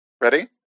Ready